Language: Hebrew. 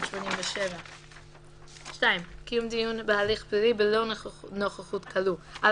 התשמ״ז 1987. קיום דיון בהליך פלילי בלא נוכחות כלוא 2. על